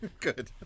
Good